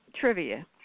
Trivia